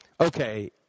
okay